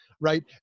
right